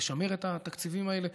לשמר את התקציבים האלה.